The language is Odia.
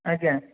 ଆଜ୍ଞା